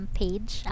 page